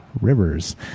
rivers